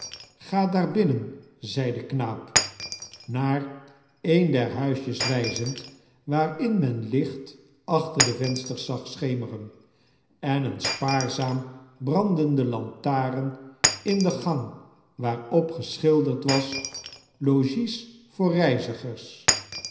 ga daar binnen zei de knaap ii iar een dor huisjes wijzend waarin men licht achter de vensters zag schemeren en een spoarzaam brandende lantaarn in de gang wa a rop geschilderd was logies voor rcizigers